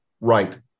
right